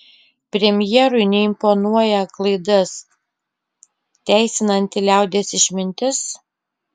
premjerui neimponuoja klaidas teisinanti liaudies išmintis